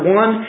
one